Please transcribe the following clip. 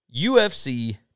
UFC